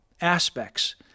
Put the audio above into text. aspects